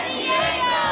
Diego